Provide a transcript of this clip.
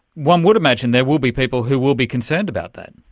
one would imagine there will be people who will be concerned about that.